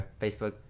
Facebook